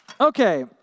Okay